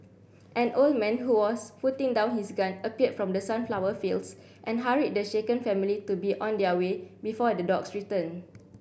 an old man who was putting down his gun appeared from the sunflower fields and hurried the shaken family to be on their way before the dogs return